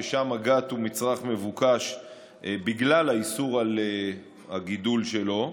ששם הגת הוא מצרך מבוקש בגלל האיסור על הגידול שלו.